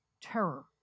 terror